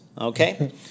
okay